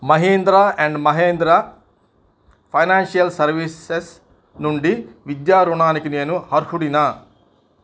Mahindra and Mahindra financial services నుండి విద్యా రుణానికి నేను అర్హుడినా